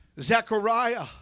Zechariah